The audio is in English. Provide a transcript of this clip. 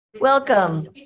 Welcome